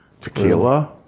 tequila